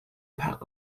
pack